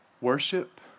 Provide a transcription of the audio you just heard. worship